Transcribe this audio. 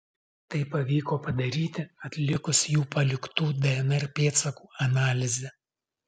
tai pavyko padaryti atlikus jų paliktų dnr pėdsakų analizę